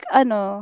ano